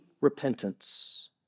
repentance